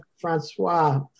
Francois